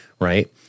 right